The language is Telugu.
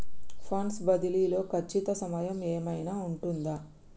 ఫండ్స్ బదిలీ లో ఖచ్చిత సమయం ఏమైనా ఉంటుందా?